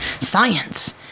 Science